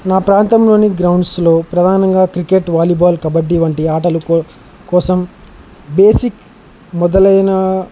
నా ప్రాంతంలోని గ్రౌండ్స్లో ప్రధానంగా క్రికెట్ వాలీబాల్ కబడ్డీ వంటి ఆటలు కోసం బేసిక్ మొదలైన